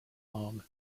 arm